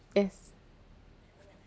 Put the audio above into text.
yes